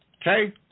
Okay